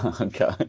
Okay